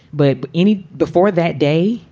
but any before that day,